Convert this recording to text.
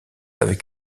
avec